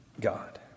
God